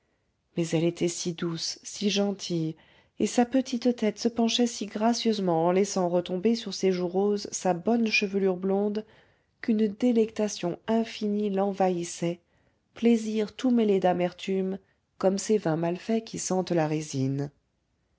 mais elle était si douce si gentille et sa petite tête se penchait si gracieusement en laissant retomber sur ses joues roses sa bonne chevelure blonde qu'une délectation infinie l'envahissait plaisir tout mêlé d'amertume comme ces vins mal faits qui sentent la résine